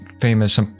famous